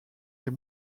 les